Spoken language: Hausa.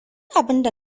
abinda